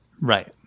Right